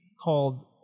called